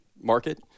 market